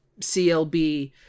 CLB